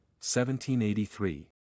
1783